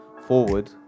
forward